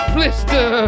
Blister